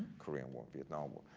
korean war, vietnam war.